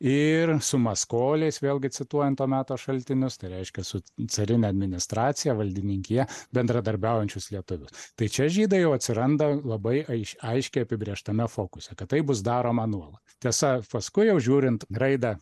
ir su maskoliais vėlgi cituojant to meto šaltinius tai reiškia su carine administracija valdininkija bendradarbiaujančius lietuvius tai čia žydai jau atsiranda labai aiš aiškiai apibrėžtame fokuse kad taip bus daroma nuolat tiesa paskui jau žiūrint raidą